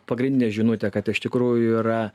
pagrindinę žinutę kad iš tikrųjų yra